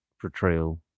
portrayal